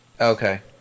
Okay